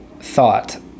thought